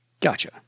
Gotcha